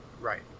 Right